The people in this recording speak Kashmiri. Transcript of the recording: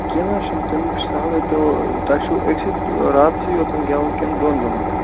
کیٚنٛہہ نہَ حظ چھُنہٕ تَمیُک چھُ سہلٕے تہٕ تۄہہِ چھُو أکسٕے راتَسٕے یوٚتَن گٮ۪وُن کِنہٕ دۄن دۄہَن پٮ۪ٹھ